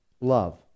love